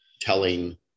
telling